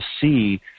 see